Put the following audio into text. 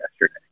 yesterday